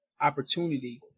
opportunity